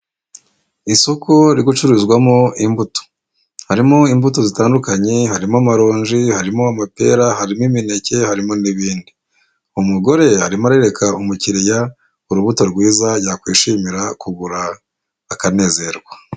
Isoko riri gucururizwamo imbuto. Harimo imbuto zitandukanye, harimo amaronji, harimo amapera, harimo imineke, harimo n'ibindi. Umugore arimo arerereka umukiriya urubuto rwiza yakwishimira kugura akanezerwa.